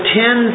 ten